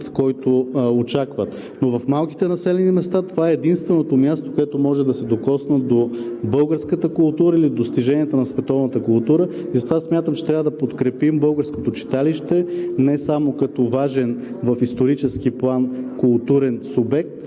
който очакват. Но в малките населени места това е единственото място, което може да се докосне до българската култура или достиженията на световната култура. Затова смятам, че трябва да подкрепим българското читалище не само като важен в исторически план културен субект,